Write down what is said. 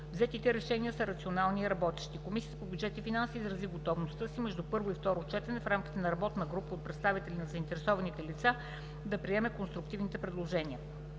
Взетите решения са рационални и работещи. Комисията по бюджет и финанси изрази готовността си между първо и второ четене, в рамките на работна група от представители на заинтересованите лица, да приеме конструктивните предложения.